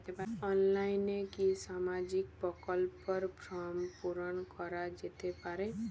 অনলাইনে কি সামাজিক প্রকল্পর ফর্ম পূর্ন করা যেতে পারে?